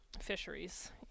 fisheries